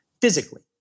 physically